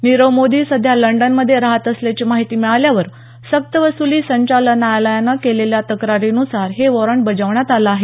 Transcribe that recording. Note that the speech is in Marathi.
नीरव मोदी सध्या लंडनमध्ये राहात असल्याची माहिती मिळाल्यावर सक्तवसुली संचालनालयानं केलेल्या तक्रारीनुसार हे वॉरंट बजावण्यात आलं आहे